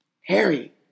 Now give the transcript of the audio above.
Harry